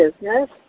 business